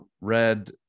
read